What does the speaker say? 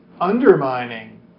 undermining